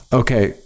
okay